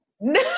No